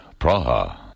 Praha